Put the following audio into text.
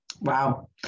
Wow